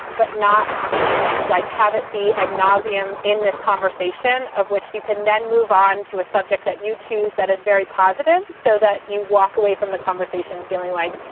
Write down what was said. but not like have it be a nauseum in this conversation of which you can then move on to a subject that you choose that is very positive so that you walk away from the conversation feeling like,